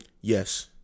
Yes